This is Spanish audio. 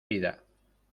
vida